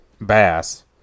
bass